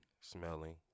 smelling